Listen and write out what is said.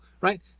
right